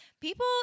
People